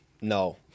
No